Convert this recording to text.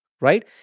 right